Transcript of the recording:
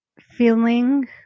feeling